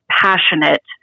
passionate